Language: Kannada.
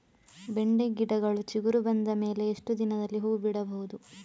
ಬೆಂಡೆ ಗಿಡಗಳು ಚಿಗುರು ಬಂದ ಮೇಲೆ ಎಷ್ಟು ದಿನದಲ್ಲಿ ಹೂ ಬಿಡಬಹುದು?